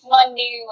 Monday